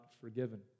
forgiven